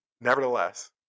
Nevertheless